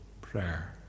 prayer